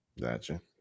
Gotcha